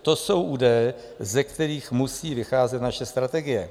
To jsou údaje, ze kterých musí vycházet naše strategie.